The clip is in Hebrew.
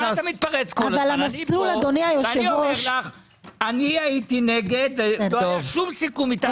אני אומר לך, הייתי נגד ולא היה שום סיכום אתנו.